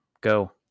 go